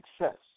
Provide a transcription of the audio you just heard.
success